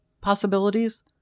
possibilities